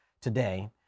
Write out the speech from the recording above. today